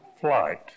flight